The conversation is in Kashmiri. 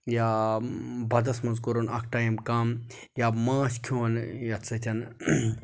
یا بَتَس منٛز کوٚرُن اَکھ ٹایم کَم یا ماچھ کھیوٚن یَتھ سۭتۍ